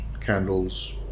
candles